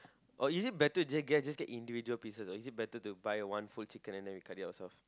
or is better to just get just get individual pieces or is it better to buy one full chicken and then we cut it ourself